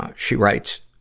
ah she writes,